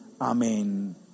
Amen